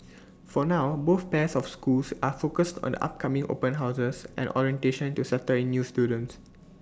for now both pairs of schools are focused on the upcoming open houses and orientation to settle in new students